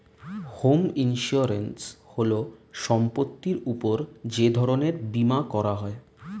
home insurance হল সম্পত্তির উপর যে ধরনের বীমা করা হয়